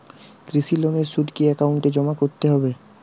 কৃষি লোনের সুদ কি একাউন্টে জমা করতে হবে?